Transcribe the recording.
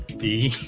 be